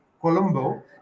Colombo